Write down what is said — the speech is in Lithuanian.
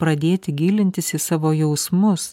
pradėti gilintis į savo jausmus